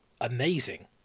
amazing